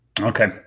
Okay